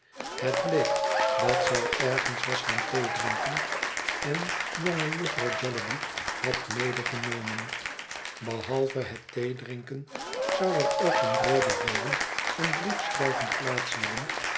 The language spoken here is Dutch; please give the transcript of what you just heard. het bleek dat zij ergens was gaan theedrinken en jonge jufvrouw jellyby had medegenomen behalve het theedrinken zou er ook een redevoeren en briefschrijven plaats hebben